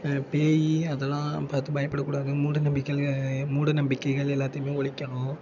பேய் அதெல்லாம் பார்த்து பயப்படக்கூடாது மூட நம்பிக்கையில மூட நம்பிக்கைகள் எல்லாத்தையுமே ஒழிக்கணும்